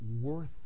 worth